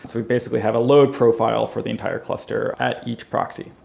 we basically have a load profile for the entire cluster at each proxy.